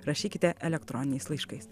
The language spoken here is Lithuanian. rašykite elektroniniais laiškais